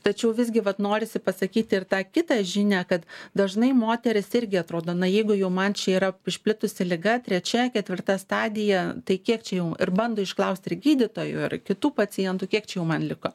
tačiau visgi vat norisi pasakyti ir tą kitą žinią kad dažnai moteris irgi atrodo na jeigu jau man čia yra išplitusi liga trečia ketvirta stadija tai kiek čia jau ir bando išklaust ir gydytojų ar kitų pacientų kiek čia jau man liko